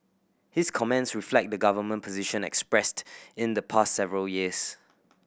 his comments reflect the government position expressed in the past several years